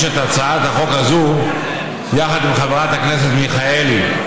את הצעת החוק הזו יחד עם חברת הכנסת מיכאלי.